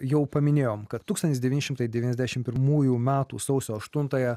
jau paminėjom kad tūkstantis devyni šimtai devyniasdešimt pirmųjų metų sausio aštuntąją